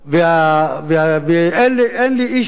אין לאיש תשובה.